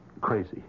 crazy